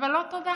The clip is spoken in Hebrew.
אבל לא תודה.